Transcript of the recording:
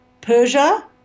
Persia